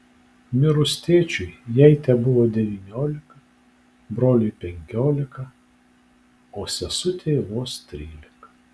mirus tėčiui jai tebuvo devyniolika broliui penkiolika o sesutei vos trylika